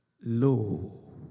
low